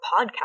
podcast